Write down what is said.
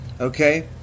Okay